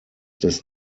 des